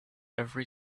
every